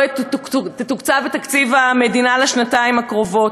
לא תתוקצב בתקציב המדינה לשנתיים הקרובות.